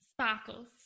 sparkles